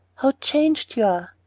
how changed you are!